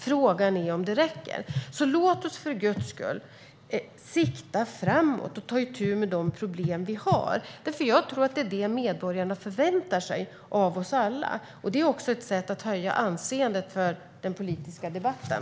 Frågan är om det räcker. Låt oss för Guds skull sikta framåt och ta itu med de problem vi har! Jag tror att det är det medborgarna förväntar sig av oss alla. Det är också ett sätt att höja anseendet för den politiska debatten.